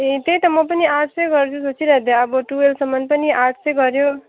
ए त्यही त म पनि आर्ट्सै गर्छु सोचिरहेको थिएँ अब टुवेल्भसम्म पनि आर्ट्सै गर्यो